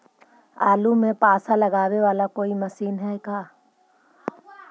आलू मे पासा लगाबे बाला कोइ मशीन है का?